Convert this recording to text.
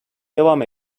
devam